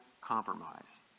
compromise